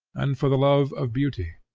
and for the love of beauty.